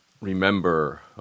remember